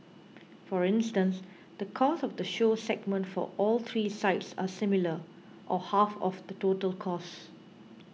for instance the cost of the show segment for all three sites are similar or half of the total costs